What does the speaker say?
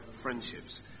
friendships